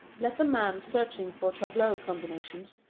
let the man searching for tableau combinations,